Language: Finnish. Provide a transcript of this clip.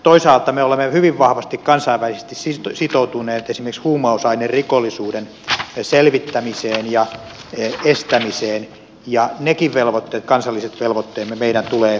toisaalta me olemme hyvin vahvasti kansainvälisesti sitoutuneet esimerkiksi huumausainerikollisuuden selvittämiseen ja estämiseen ja nekin kansalliset velvoitteemme meidän tulee täyttää